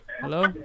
hello